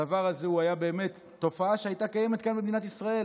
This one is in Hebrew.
הדבר הזה הוא היה באמת תופעה שהייתה קיימת כאן במדינת ישראל,